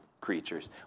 creatures